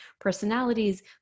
personalities